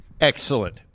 Excellent